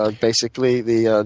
ah basically the ah